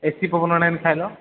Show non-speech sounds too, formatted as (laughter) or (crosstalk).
କିି (unintelligible) ନାହିଁ ଖାଇଲ